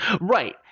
Right